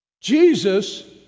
Jesus